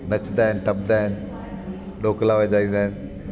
नचंदा आहिनि टपंदा आहिनि ॾोकिला वॼाइंदा आहिनि